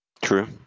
true